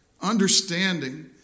understanding